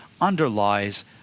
underlies